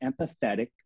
empathetic